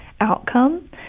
outcome